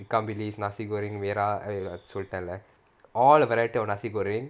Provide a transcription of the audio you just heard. ikan bilis nasi goreng merah சொல்லிட்டேன்ல:sollitenla all the variety of nasi goreng